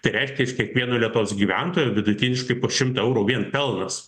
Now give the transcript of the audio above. tai reiškia iš kiekvieno lietuvos gyventojo vidutiniškai po šimtą eurų vien pelnas